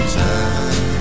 time